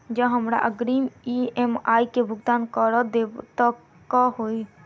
जँ हमरा अग्रिम ई.एम.आई केँ भुगतान करऽ देब तऽ कऽ होइ?